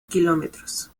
kilómetros